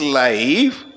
life